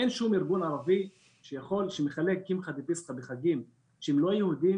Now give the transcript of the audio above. אין שום ארגון ערבי שמחלק קמחא דפסחא בחגים שהם לא יהודיים,